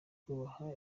kubaha